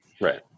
Right